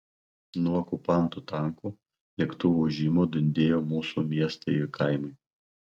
nuo okupantų tankų lėktuvų ūžimo dundėjo mūsų miestai ir kaimai